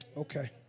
Okay